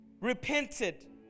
repented